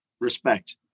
respect